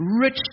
rich